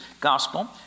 Gospel